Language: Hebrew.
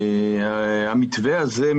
המתווה הזה,